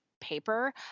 paper